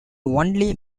only